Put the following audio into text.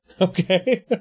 Okay